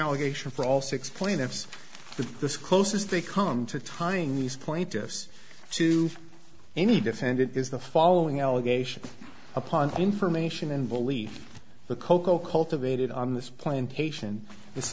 allegation for all six plaintiffs but this close as they come to tying these plaintiffs to any defendant is the following allegation upon information and belief the cocoa cultivated on this plantation